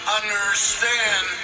understand